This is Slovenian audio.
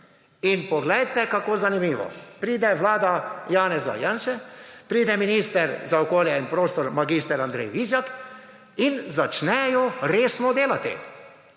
In poglejte, kako zanimivo. Pride vlada Janeza Janše, pride minister za okolje in prostor mag. Andrej Vizjak in začnejo resno delati.